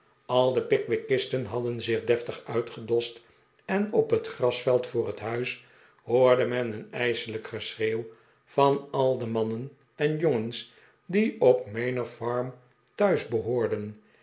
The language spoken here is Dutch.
al de pickwickisten hadden zich deftig uitgedost en op het grasveld voor het huis hoorde men een ijselijk geschreeuw van al de mannen en jongens die op manor farm thuis behoorden